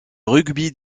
rugby